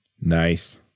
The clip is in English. Nice